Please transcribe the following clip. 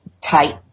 tight